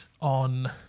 on